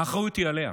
האחריות היא עליה.